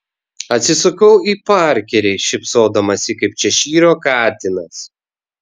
atsisukau į parkerį šypsodamasi kaip češyro katinas